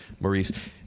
Maurice